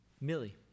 Millie